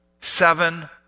seven